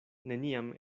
neniam